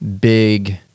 big